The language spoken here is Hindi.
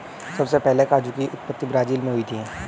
सबसे पहले काजू की उत्पत्ति ब्राज़ील मैं हुई थी